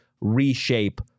reshape